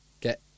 Get